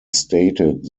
stated